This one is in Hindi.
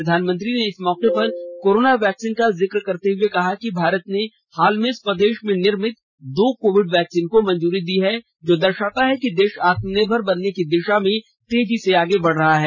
प्रधानमंत्री ने इस मौके पर कोरोना वैक्सीनन का जिक्र करते हुए कहा कि भारत ने हाल में स्वदेश में निर्मित दो कोविड वैक्सीन को मंजूरी दी है जो दर्शाता है कि देश आत्ममनिर्भर बनने की दिशा में तेजी से आगे बढ़ रहा है